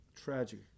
tragic